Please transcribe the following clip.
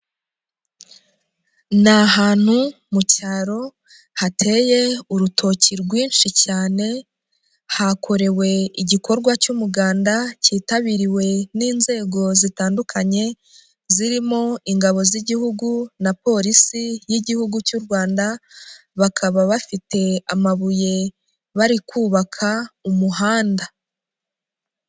Ni ahantu mu cyaro, hateye urutoki rwinshi cyane, hakorewe igikorwa cy'umuganda cyitabiriwe n'inzego zitandukanye, zirimo ingabo z'igihugu, na polisi y'igihugu cy'u Rwanda bakaba bafite amabuye bari kubaka umuhanda.